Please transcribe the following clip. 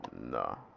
No